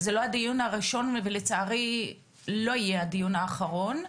זה לא הדיון הראשון ולצערי לא יהיה הדיון האחרון.